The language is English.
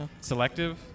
Selective